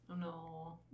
no